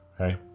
Okay